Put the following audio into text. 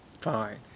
fine